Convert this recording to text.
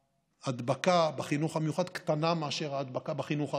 ההדבקה בחינוך המיוחד קטנה מאשר ההדבקה בחינוך הרגיל,